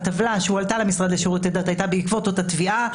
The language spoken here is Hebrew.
הטבלה שהועלתה למשרד לשירותי דת היתה בעקבות אותה תביעה.